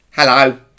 Hello